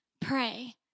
pray